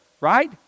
Right